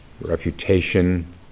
reputation